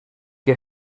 que